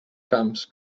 camps